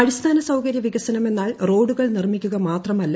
അടിസ്ഥാന സൌകര്യ വികസനമെന്നാൽ റോഡുകൾ നിർമിക്കുക മാത്രമല്ല